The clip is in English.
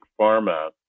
pharma